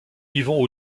yvon